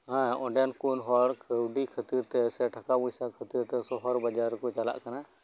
ᱦᱮᱸ ᱚᱸᱰᱮᱱ ᱠᱚ ᱦᱚᱲ ᱠᱟᱣᱰᱤ ᱠᱷᱟᱛᱤᱨ ᱛᱮ ᱥᱮ ᱴᱟᱠᱟ ᱯᱚᱭᱥᱟ ᱠᱷᱟᱛᱤᱨ ᱛᱮ ᱥᱚᱦᱚᱨ ᱵᱟᱡᱟᱨ ᱠᱚ ᱪᱟᱞᱟᱜ ᱠᱟᱱᱟ